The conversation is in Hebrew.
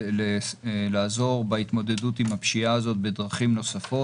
ולעזור בהתמודדות עם הפשיעה הזאת בדרכים נוספות.